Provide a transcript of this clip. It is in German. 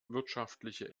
wirtschaftliche